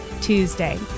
Tuesday